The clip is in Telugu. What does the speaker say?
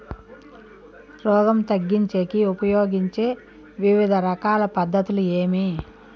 రోగం తగ్గించేకి ఉపయోగించే వివిధ రకాల పద్ధతులు ఏమి?